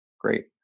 great